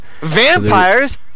vampires